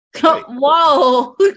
Whoa